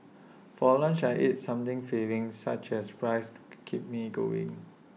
for lunch I eat something filling such as rice to keep me going